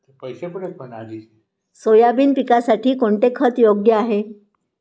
Soybean पिकासाठी कोणते खत योग्य आहे?